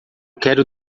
quero